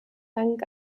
dank